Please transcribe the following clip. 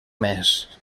més